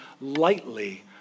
lightly